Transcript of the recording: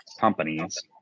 companies